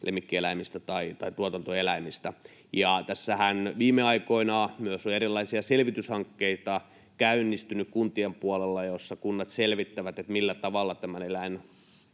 lemmikkieläimistä tai tuotantoeläimistä. Ja tässähän viime aikoina myös on erilaisia selvityshankkeita käynnistynyt kuntien puolella, joissa kunnat selvittävät, millä tavalla tämän